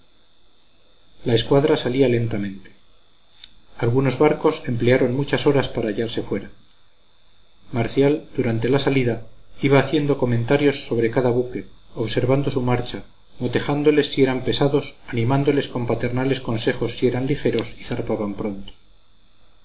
la escuadra salía lentamente algunos barcos emplearon muchas horas para hallarse fuera marcial durante la salida iba haciendo comentarios sobre cada buque observando su marcha motejándoles si eran pesados animándoles con paternales consejos si eran ligeros y zarpaban pronto